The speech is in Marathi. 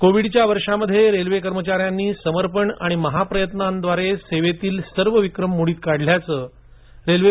कोविडच्या वर्षामध्ये रेल्वे कर्मचाऱ्यांनी समर्पण आणि महा प्रयत्नांद्वारे सेवेतील सर्व विक्रम मोडीत काढल्याचे रेल्वे